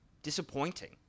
disappointing